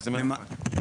איזה מרחק?